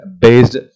based